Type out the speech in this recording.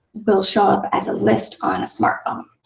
they'll show up as a list on a smart phone.